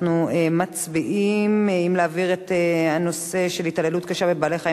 אנחנו מצביעים אם להעביר את הנושא של התעללות קשה בבעלי-חיים